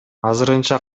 азырынча